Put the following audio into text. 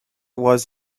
was